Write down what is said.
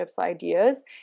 ideas